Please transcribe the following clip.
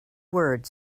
word